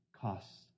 costs